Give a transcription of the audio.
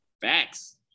facts